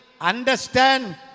understand